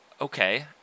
Okay